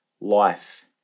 life